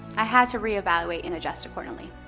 i had to reevaluate and adjust accordingly.